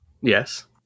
Yes